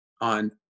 on